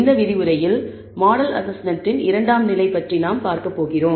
இந்த விரிவுரையில் மாடல் அசஸ்மெண்ட்டின் இரண்டாம் நிலை பற்றி நாம் பார்க்கப்போகிறோம்